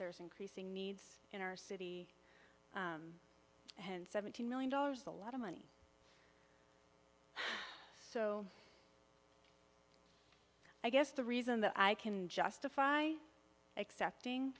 there's increasing needs in our city and seventeen million dollars a lot of money so i guess the reason that i can justify accepting